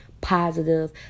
positive